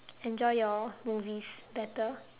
enjoy your movies better